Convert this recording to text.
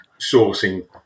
sourcing